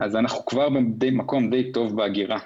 אנחנו כבר במקום די טוב באגירה.